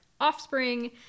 offspring